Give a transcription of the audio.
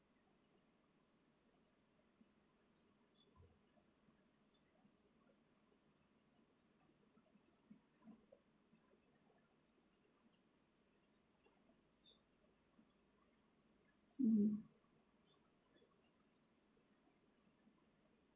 mm